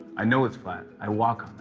i know it's flat. i walk